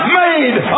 made